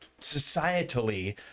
societally